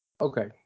Okay